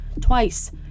twice